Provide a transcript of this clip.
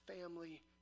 family